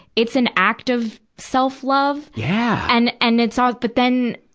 it's an act of self-love. yeah and, and it's, ah but then,